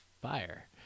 fire